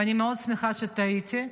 ואני מאוד שמחה שטעיתי.